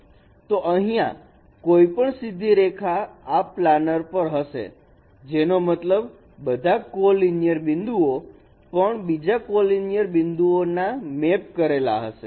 તો અહીંયા કોઈપણ સીધી રેખા આ પ્લાનર પર હશે જેનો મતલબ બધા જ કોલીનિયર બિંદુઓ પણ બીજા કોલીનિયર બિંદુઓ ના મેપ કરેલા હશે